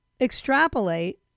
extrapolate